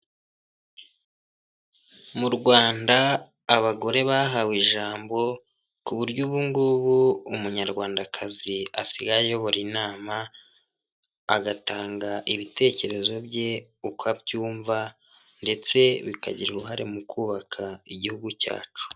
Mu Rwanda abagore bahawe ijambo kuburyo ubungubu umunyarwandakazi asigaye ayobora inama, agatanga ibitekerezo bye uko abyumva ndetse bikagira uruhare mu kubaka igihugu cyacu.